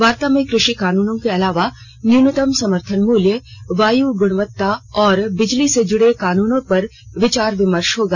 वार्ता में क्रषि कानूनों के अलावा न्यूनतम समर्थन मूल्य वायु गुणवत्ता और बिजली से जुड़े कानूनों पर विचार विमर्श होगा